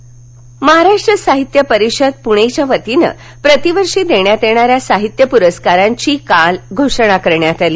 मसाप साहित्य परस्कार महाराष्ट्र साहित्य परिषद पुणेच्या वतीनं प्रतिवर्षी देण्यात येणाऱ्या साहित्य पुरस्कारांची काल घोषणा करण्यात आली